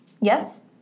yes